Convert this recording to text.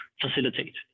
facilitate